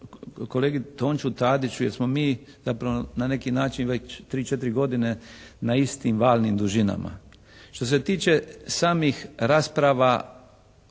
kolegi Tonči Tadiću jer smo mi zapravo na neki način već 3, 4 godine na istim valnim dužinama. Što se tiče samih rasprava